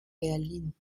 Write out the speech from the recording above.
berlin